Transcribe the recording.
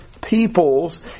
peoples